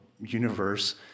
universe